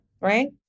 right